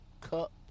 cup